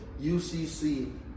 UCC